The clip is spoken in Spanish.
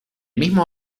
mismo